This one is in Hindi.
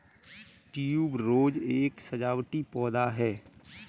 ट्यूबरोज एक सजावटी पौधा है